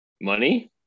money